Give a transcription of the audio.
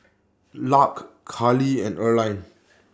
Lark Carlie and Erline